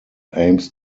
aims